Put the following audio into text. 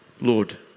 Lord